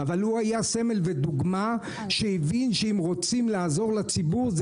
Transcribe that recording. אבל הוא היה סמל ודוגמה שהבין שאם רוצים לעזור לציבור,